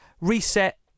reset